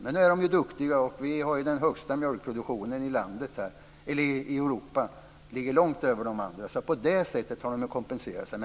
Men de är duktiga, och vi har den högsta mjölkproduktionen i Europa och ligger långt över de andra, så på det sättet har de kompenserat sig.